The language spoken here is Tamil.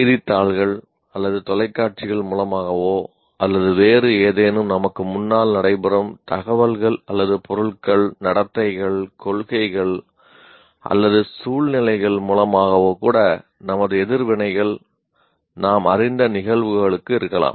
செய்தித்தாள்கள் அல்லது தொலைக்காட்சிகள் மூலமாகவோ அல்லது வேறு ஏதேனும் நமக்கு முன்னால் நடைபெறும் தகவல்கள் அல்லது பொருள்கள் நடத்தைகள் கொள்கைகள் அல்லது சூழ்நிலைகள் மூலமாகவோ கூட நமது எதிர்வினைகள் நாம் அறிந்த நிகழ்வுகளுக்கு இருக்கலாம்